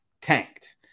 tanked